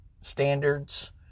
standards